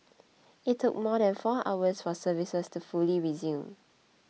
it took more than four hours for services to fully resume